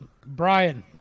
Brian